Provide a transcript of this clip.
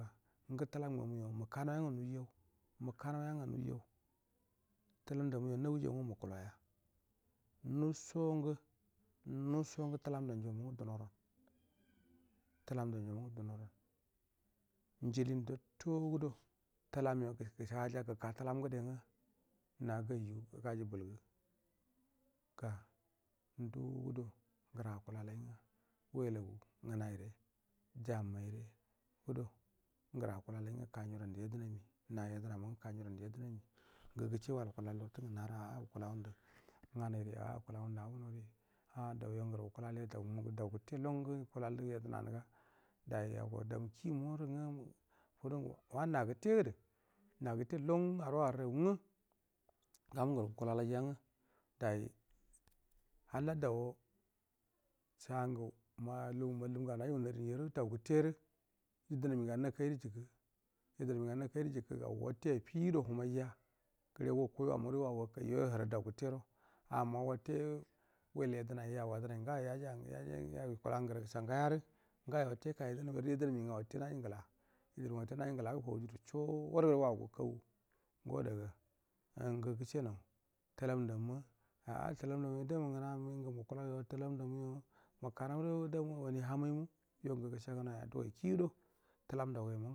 Ngu tulam nga mu nau yo muka nau yang u nujau muka nau yangu nu jau tulam nda mu yona uwujaunga muku lau ya ndu shan ga ndushongu tu lam ndan jo mungu duna ran tuyam ndon jo mungu duno ran njali ndade ngu nag ajuga gaji bulgu ga ndu gudo nguru akulaladu ngu wula gu nganairai jammai rai gudo nguru akulalai kanju dandu yedna mi nna yedna ma nga kan jju dan du yednami ngu gucce wai wukuta lortu ngu nahara a wukula ngu ndu ngnai ri a wukula ngu ndu abunori a dau yon ga ru wuku la lai yad au maru dau gutte longu yi kulallu yednan ga dai ago damu kie murungu fudungu wanu na gutte gudu na gutte lon aruwa arorogungu gamu nguru gukalalai jangu dai halla dowo shagu ma lugu mallum ngau naju gu naru ni ru dau gate ru yednami ngu na kai ru jukku yednama ng ana kairu juku ga watte affido waha mai ja gure wakoi wavaru wall waki yoi tura dau gutte ro amma watte wela yedna yau gad unai nga yo yaji anga tau yula ngara sangaya ra ngayo watte yika yedna mi aru yidna mi nga watte naji ngula yedna minga watter naji ngula gufau juru soddai wau gu kagu ngu wa da ga ngu gucce nau tulamndamma aa tulam ndam ma da mu damu nguna ngu muku lau yo tulam nda muyo mukanaro damu wani ahamai ma yo ngu gusha gu nauya dugoi kie do tulam nda goi a muga.